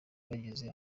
bageze